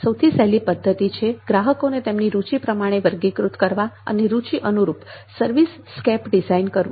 સૌથી સહેલી પદ્ધતિ છે ગ્રાહકોને તેમના રુચિ પ્રમાણે વર્ગીકૃત કરવા અને રુચિ અનુરૂપ સર્વિસ સ્કેપ ડિઝાઇન કરવું